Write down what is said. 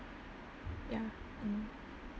ya mm